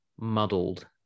muddled